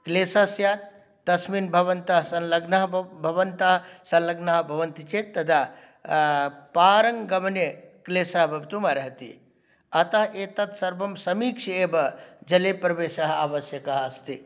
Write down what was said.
क्लेशस्य तस्मिन् भवन्तः संलग्नः भ भ् भवन्तः संलग्नाः भवन्ति चेत् तदा पारङ्गमने क्लेशः भवितुम् अर्हति अतः एतत् सर्वं समीक्ष्य एव जले प्रवेशः आवश्यकः अस्ति